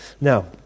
Now